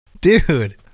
Dude